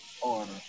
Order